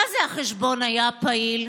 מה-זה החשבון היה פעיל.